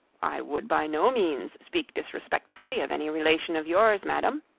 i would by no means speak disrespectfully of any relation of yours, madam.